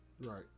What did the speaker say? right